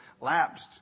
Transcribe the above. lapsed